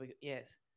Yes